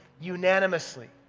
unanimously